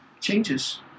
changes